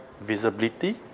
visibility